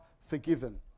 forgiven